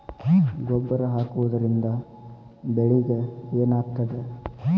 ಗೊಬ್ಬರ ಹಾಕುವುದರಿಂದ ಬೆಳಿಗ ಏನಾಗ್ತದ?